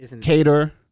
Cater